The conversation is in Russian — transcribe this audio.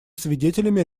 свидетелями